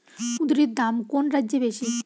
কুঁদরীর দাম কোন রাজ্যে বেশি?